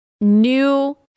New